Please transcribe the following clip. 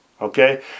Okay